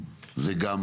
זה גם